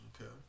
Okay